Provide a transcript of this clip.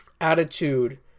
attitude